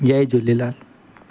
Jay Jhulelal